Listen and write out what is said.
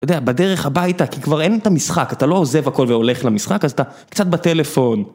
אתה יודע, בדרך הביתה, כי כבר אין את המשחק, אתה לא עוזב הכל והולך למשחק, אז אתה קצת בטלפון.